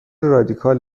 رادیکال